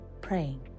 praying